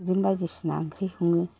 बिदिनो बायदिसिना ओंख्रि सङो